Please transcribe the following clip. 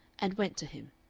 and went to him.